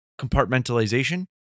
compartmentalization